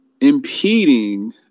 impeding